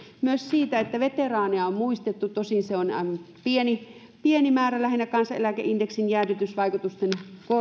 myös siitä että veteraaneja on on muistettu tosin se on pieni pieni määrä lähinnä kansaneläkeindeksin jäädytysvaikutusten